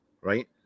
Right